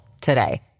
today